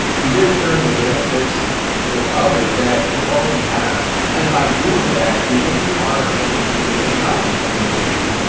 you just share and the benefits with others that you already have, and and, by doing that, you're making our industry, the technology industry,